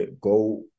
go